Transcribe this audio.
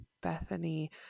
Bethany